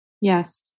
Yes